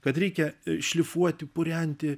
kad reikia šlifuoti purenti